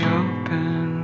open